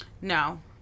No